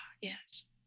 yes